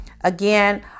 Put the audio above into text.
Again